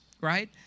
right